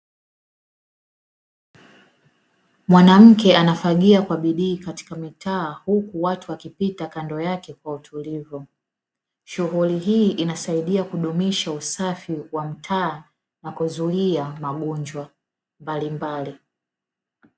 Mwanamke anafagia kwa bidii katika mtaa huku watu wakipita kando yake kwa utulivu, shughuli hii inasaidia kudumisha usafi wa mtaa na kuzuia magonjwa mbalimbali.